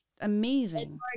amazing